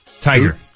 Tiger